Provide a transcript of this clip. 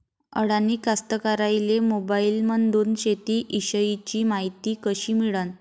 अडानी कास्तकाराइले मोबाईलमंदून शेती इषयीची मायती कशी मिळन?